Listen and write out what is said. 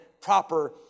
proper